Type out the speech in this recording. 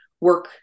work